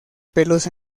pelos